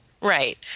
Right